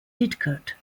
didcot